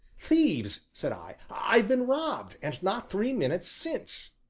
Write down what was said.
thieves! said i, i've been robbed, and not three minutes since.